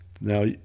Now